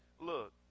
look